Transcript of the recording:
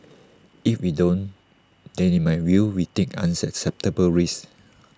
if we don't then in my view we take unacceptable risks